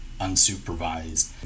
unsupervised